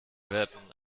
werden